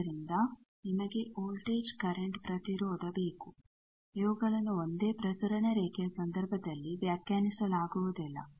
ಆದ್ದರಿಂದ ನಿಮಗೆ voltage current ಪ್ರತಿರೋಧ ಬೇಕು ಇವುಗಳನ್ನು ಒಂದೇ ಪ್ರಸರಣ ರೇಖೆಯ ಸಂದರ್ಭದಲ್ಲಿ ವ್ಯಾಖ್ಯಾನಿಸಲಾಗುವುದಿಲ್ಲ